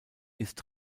ist